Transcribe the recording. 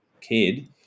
kid